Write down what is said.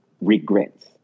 regrets